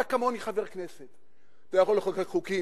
אתה כמוני, חבר הכנסת, אתה יכול לחוקק חוקים,